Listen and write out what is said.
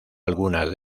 algunas